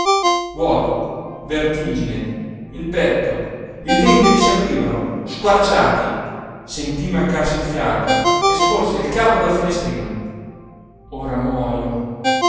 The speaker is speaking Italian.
vuoto vertigine il petto il ventre gli s'aprivano squarciati sentí mancarsi il fiato e sporse il capo dal finestrino ora muojo